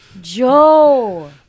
Joe